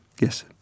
yes